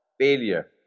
failure